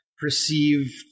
perceived